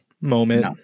moment